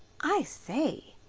i say!